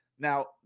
Now